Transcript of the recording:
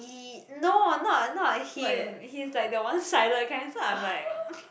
he no not not him he's like the one sided kind so I'm like